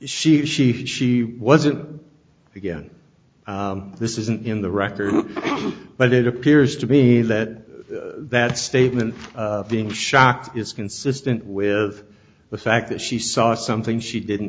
she she she wasn't again this isn't in the record but it appears to be that that statement being shocked is consistent with the fact that she saw something she didn't